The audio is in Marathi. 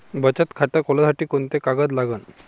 बचत खात खोलासाठी कोंते कागद लागन?